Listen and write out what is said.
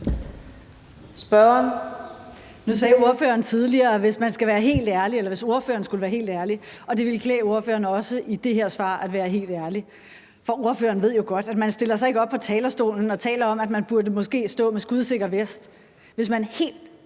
Nu sagde ordføreren tidligere »hvis jeg skal være helt ærlig«, og det ville klæde ordføreren også i det her svar at være helt ærlig. For ordføreren ved jo godt, at man ikke stiller sig op på talerstolen og taler om, at man måske burde stå der med en skudsikker vest, hvis man helt